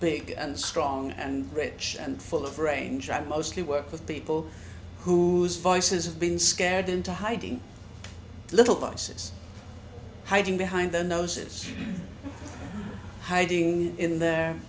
big and strong and rich and full of range i mostly work with people whose voices have been scared into hiding little boxes hiding behind their noses hiding in their